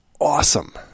awesome